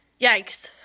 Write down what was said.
Yikes